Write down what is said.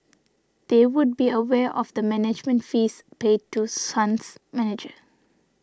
they would be aware of the management fees paid to Sun's manager